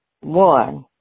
One